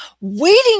waiting